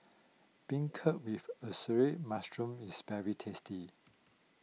Beancurd with Assorted Mushrooms is very tasty